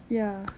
ya